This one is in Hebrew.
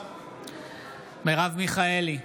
מרב מיכאלי,